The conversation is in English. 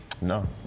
No